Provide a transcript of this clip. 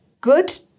good